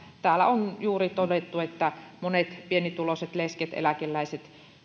täällä on juuri todettu että monet pienituloiset lesket ja eläkeläiset